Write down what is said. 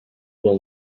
will